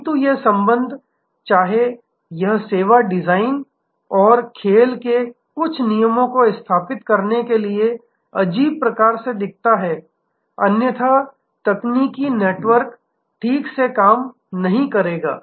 किंतु यह संबंध चाहे यह सेवा डिजाइन और खेल के कुछ नियमों को स्थापित करने के लिए अजीब प्रकार से दिखता है अन्यथा तकनीकी नेटवर्क ठीक से काम नहीं करेगा